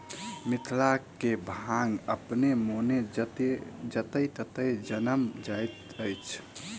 मिथिला मे भांग अपने मोने जतय ततय जनैम जाइत अछि